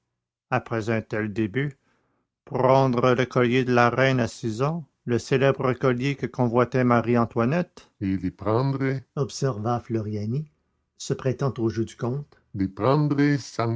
après un tel début prendre le collier de la reine à six ans le célèbre collier que convoitait marie-antoinette et le prendre observa floriani se prêtant au jeu du comte le prendre